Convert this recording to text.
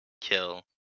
kill